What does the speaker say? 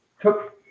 took